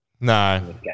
No